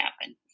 happen